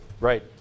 right